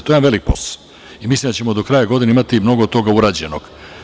To je jedan veliki posao i mislim da ćemo do kraja godine imati mnogo toga urađenog.